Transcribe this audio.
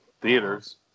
theaters